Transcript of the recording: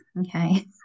okay